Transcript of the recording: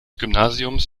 gymnasiums